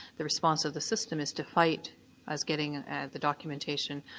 the response of the system is to fight us getting the documentation,